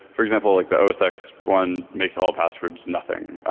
for example like the osx one makes all passwords nothing.